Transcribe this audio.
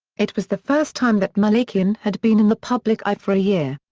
it was the first time that malakian had been in the public eye for a year.